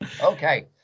Okay